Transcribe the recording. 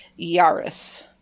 Yaris